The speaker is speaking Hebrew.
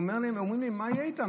הם אומרים לי: מה יהיה איתם?